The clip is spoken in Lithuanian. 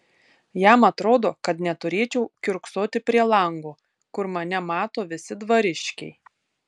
jam atrodo kad neturėčiau kiurksoti prie lango kur mane mato visi dvariškiai